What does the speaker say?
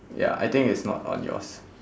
ya I think it's not on yours